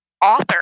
author